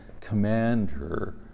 commander